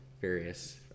various